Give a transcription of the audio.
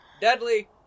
Deadly